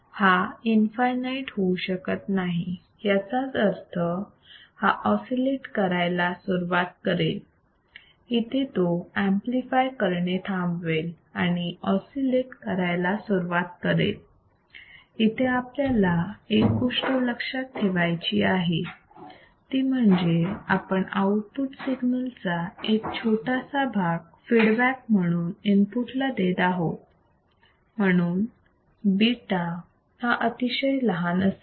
हा infinite होऊ शकत नाही याचाच अर्थ हा ऑसिलेट करायला सुरुवात करेल इथे तो ऍम्प्लिफाय करणे थांबवेल आणि ऑसिलेट करायला सुरुवात करेल इथे आपल्याला एक गोष्ट लक्षात ठेवायची आहे ती म्हणजे आपण आउटपुट सिग्नल चा एक छोटासा भाग फीडबॅक म्हणून इनपुट ला देत आहोत म्हणून β हा अतिशय लहान असेल